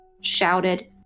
shouted